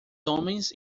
homens